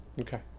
okay